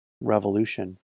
revolution